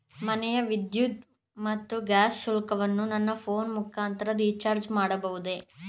ಮನೆಯ ವಿದ್ಯುತ್ ಮತ್ತು ಗ್ಯಾಸ್ ಶುಲ್ಕವನ್ನು ನನ್ನ ಫೋನ್ ಮುಖಾಂತರ ರಿಚಾರ್ಜ್ ಮಾಡಬಹುದೇ?